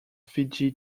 fiji